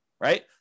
right